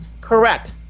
Correct